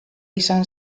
izan